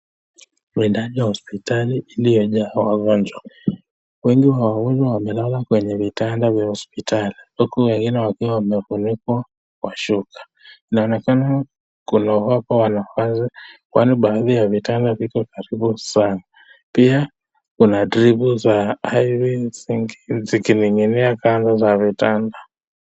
Ndani ya hospitali iliyojaa wagonjwa. Wengi wa wagonjwa wamelala kwenye vitanda vya hospitali, huku wengine wakiwa wamefunikwa kwa shuka. Inaonekana kuna uhaba wa nafasi, kwani baadhi ya vitanda viko karibu sana. Pia, kuna dripu za IV zikining'inia kando za vitanda.